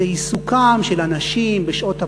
זה עיסוקם של אנשים בשעות הפנאי.